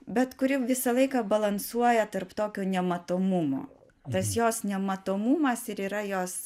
bet kuri visą laiką balansuoja tarp tokio nematomumo tas jos nematomumas ir yra jos